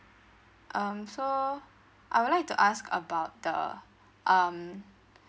um so I would like to ask about the um